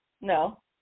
No